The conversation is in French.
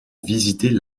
visiter